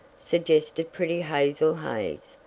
suggested pretty hazel hays.